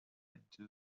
into